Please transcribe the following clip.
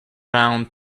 round